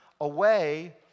away